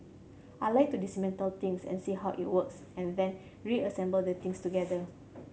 I like to dismantle things and see how it works and then reassemble the things together